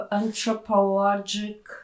anthropologic